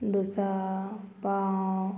dosa pav